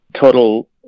total